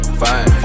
fine